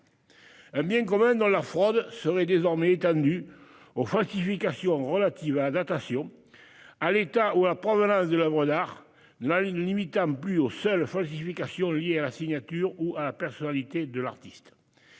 et du futur. La fraude serait désormais étendue aux falsifications relatives à la datation, à l'état ou à la provenance de l'oeuvre d'art et ne serait plus limitée aux seules falsifications liées à la signature ou à la personnalité de l'artiste.